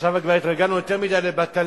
עכשיו, התרגלנו כבר יותר מדי לבטלה,